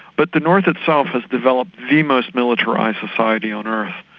but the north itself has developed the most militarised society on earth.